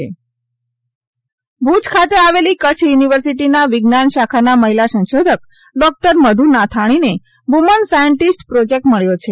woman scientist project Bhuj ખાતે આવેલી કચ્છ યુનિવર્સિટીના વિજ્ઞાન શાખાના મહિલા સંશોધક ડોક્ટર મધુ નાથાણીને વુમન સાયન્ટિસ્ટ પ્રોજેકટ મળ્યો છે